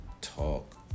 talk